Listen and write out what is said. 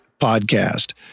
Podcast